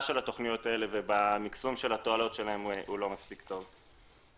התכניות האלה או במקסום של התועלות שלהם לא מספיק טוב.